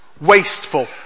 wasteful